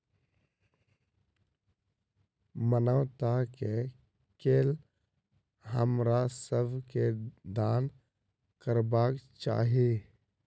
मानवता के लेल हमरा सब के दान करबाक चाही